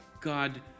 God